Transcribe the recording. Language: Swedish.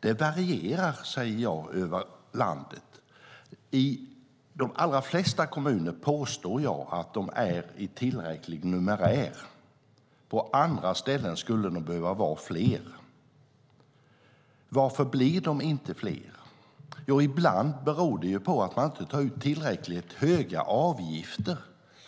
Det varierar över landet, säger jag. I de allra flesta kommuner påstår jag att de är av tillräcklig numerär. På andra ställen skulle de behöva vara fler. Varför blir de inte fler? Ibland beror det på att man inte tar ut tillräckligt höga avgifter